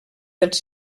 dels